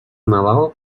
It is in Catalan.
nadal